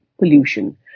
Pollution